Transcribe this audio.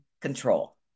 control